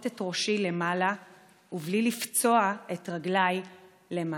את ראשי למעלה / ובלי לפצוע את רגליי למטה.